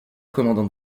commandant